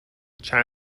چند